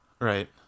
Right